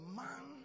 man